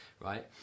right